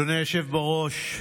אדוני היושב בראש,